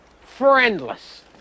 friendless